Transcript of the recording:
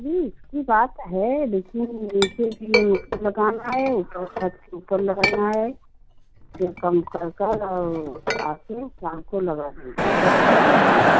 ई बात है लेकिन नीचे भी तो लगाना है और छत के ऊपर लगाना है फिर कम कर कर और फिर शाम को लगा दीजिए यही होगा